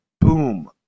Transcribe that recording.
boom